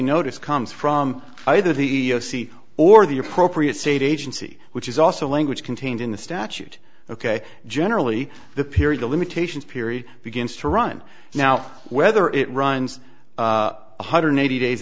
notice comes from either the c or the appropriate state agency which is also language contained in the statute ok generally the period the limitations period begins to run now whether it runs one hundred eighty days